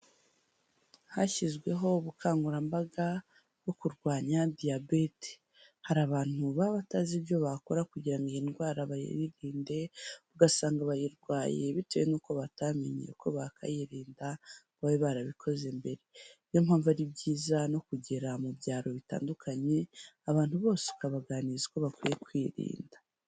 Hashyizweho ubukangurambaga bwo kurwanya diyabete. Hari abantu baba batazi ibyo bakora kugira ngo iyi ndwara bayirinde, ugasanga bayirwaye bitewe n'uko batamenye uko bakayirinda ngo babe barabikoze mbere. Niyo mpamvu ari byiza no kugera mu byaro bitandukanye, abantu bose ukabaganiriza uko bakwiye kwirinda.